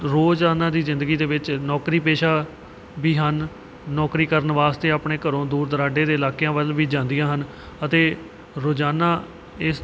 ਰੋਜ਼ਾਨਾ ਦੀ ਜ਼ਿੰਦਗੀ ਦੇ ਵਿੱਚ ਨੌਕਰੀ ਪੇਸ਼ਾ ਵੀ ਹਨ ਨੌਕਰੀ ਕਰਨ ਵਾਸਤੇ ਆਪਣੇ ਘਰੋਂ ਦੂਰ ਦੁਰਾਡੇ ਦੇ ਇਲਾਕਿਆਂ ਵੱਲ ਵੀ ਜਾਂਦੀਆਂ ਹਨ ਅਤੇ ਰੋਜ਼ਾਨਾ ਇਸ